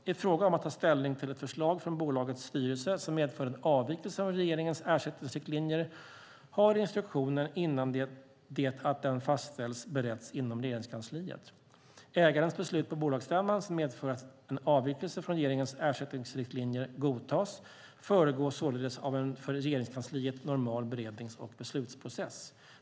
I fråga om att ta ställning till ett förslag från bolagets styrelse som medför en avvikelse från regeringens ersättningsriktlinjer har instruktionen, innan det att den fastställs, beretts inom Regeringskansliet. Ägarens beslut på bolagsstämman som medför att en avvikelse från regeringens ersättningsriktlinjer godtas föregås således av en för Regeringskansliet normal berednings och beslutsprocess.